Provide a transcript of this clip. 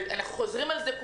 כולנו חוזרים על זה.